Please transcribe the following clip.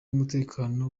umutekano